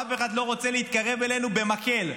אף אחד לא רוצה להתקרב אלינו במקל.